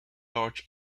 large